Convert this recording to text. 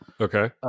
Okay